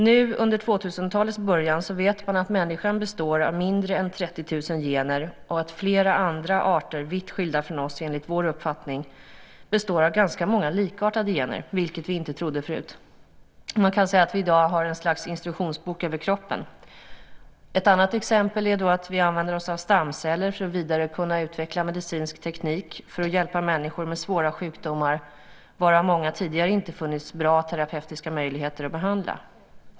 Nu, under 2000-talets början, vet man att människan består av mindre än 30 000 gener och att flera andra arter, vitt skilda från oss enligt vår uppfattning, består av ganska många likartade gener, vilket vi inte trodde förut. Man kan säga att vi i dag har ett slags instruktionsbok över kroppen. Ett annat exempel är att vi använder oss av stamceller för att vidare kunna utveckla medicinsk teknik för att hjälpa människor med svåra sjukdomar, av vilka det för många tidigare inte funnits bra terapeutiska möjligheter.